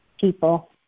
people